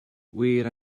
wir